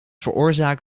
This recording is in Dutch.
veroorzaakt